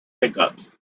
pickups